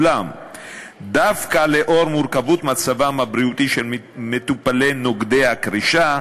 אולם דווקא לאור מורכבות מצבם הבריאותי של מטופלי נוגדי הקרישה,